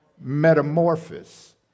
Metamorphosis